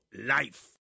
life